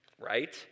right